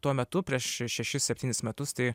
tuo metu prieš šešis septynis metus tai